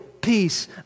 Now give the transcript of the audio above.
peace